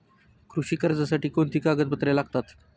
कृषी कर्जासाठी कोणती कागदपत्रे लागतात?